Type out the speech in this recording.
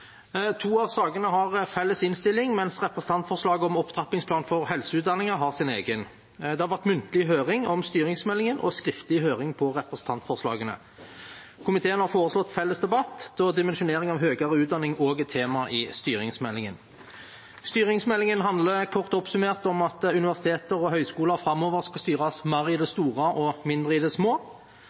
To av sakene har felles innstilling, mens representantforslaget om opptrappingsplan for helseutdanningene har sin egen. Det har vært muntlig høring om styringsmeldingen og skriftlig høring om representantforslagene. Komiteen har foreslått felles debatt, da dimensjonering av høyere utdanning også er tema i styringsmeldingen. Styringsmeldingen handler kort oppsummert om at universiteter og høyskoler framover skal styres mer i det store og mindre i det små.